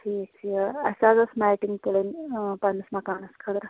ٹھیٖک یہِ اَسہِ حظ ٲس میٚٹِنٛگ تُلٕنۍ آ پَنٕنِس مَکانَس خٲطرٕ